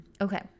okay